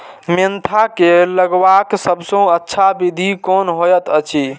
Mentha के लगवाक सबसँ अच्छा विधि कोन होयत अछि?